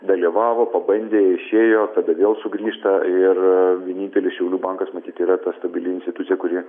dalyvavo pabandė išėjo tada vėl sugrįžta ir vienintelis šiaulių bankas matyt yra ta stabili institucija kuri